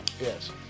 Yes